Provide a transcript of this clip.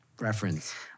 reference